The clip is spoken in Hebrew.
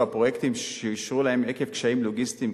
הפרויקטים שאושרו להם עקב קשיים לוגיסטיים,